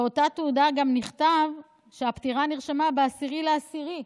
באותה תעודה גם נכתב שהפטירה נרשמה ב-10 באוקטובר,